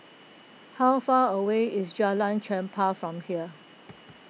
how far away is Jalan Chempah from here